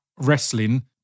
wrestling